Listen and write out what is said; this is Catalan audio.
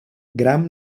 gram